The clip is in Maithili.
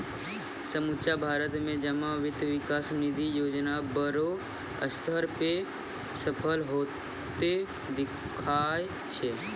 समुच्चा भारत मे जमा वित्त विकास निधि योजना बड़ो स्तर पे सफल होतें देखाय छै